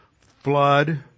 flood